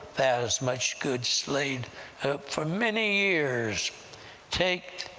thou hast much goods laid up for many years take